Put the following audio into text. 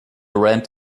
rent